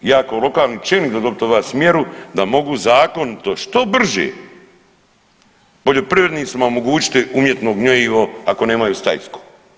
Ja kao lokalni čelnik ću dobiti od vas mjeru da mogu zakonito što brže poljoprivrednicima omogućiti umjetno gnojivo ako nemaju stajsko.